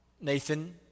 Nathan